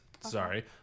Sorry